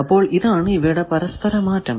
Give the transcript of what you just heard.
അപ്പോൾ ഇതാണ് ഇവയുടെ പരസ്പര മാറ്റം